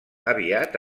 aviat